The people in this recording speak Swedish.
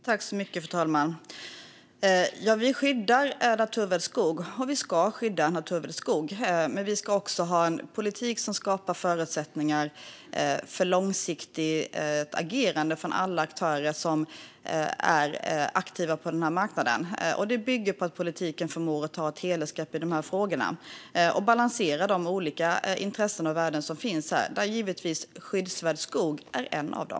Fru talman! Vi skyddar skyddsvärd naturskog och ska göra det. Men vi ska också ha en politik som skapar förutsättningar för långsiktigt agerande från alla aktörer som är aktiva på den här marknaden. Det bygger på att politiken förmår att ta ett helhetsgrepp om de här frågorna och balansera de olika intressen och värden som finns här, och där är givetvis skyddsvärd skog ett av dem.